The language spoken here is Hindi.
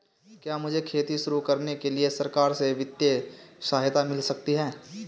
क्या मुझे खेती शुरू करने के लिए सरकार से वित्तीय सहायता मिल सकती है?